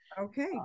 okay